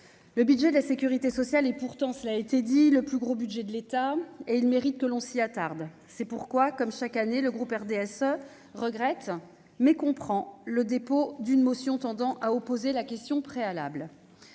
le budget de la Sécurité sociale et pourtant cela a été dit le plus gros budget de l'État et il mérite que l'on s'y attarde, c'est pourquoi, comme chaque année, le groupe RDSE regrette mais comprend le dépôt d'une motion tendant à opposer la question préalable